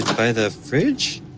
by the fridge?